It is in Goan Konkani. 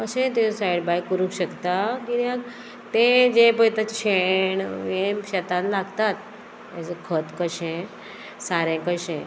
अशें त्यो सायड बाय करूंक शकता किद्याक तें जें पळय ताचें शेण हें शेतान लागतात हेजे खत कशें सारें कशें